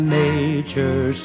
nature